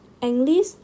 English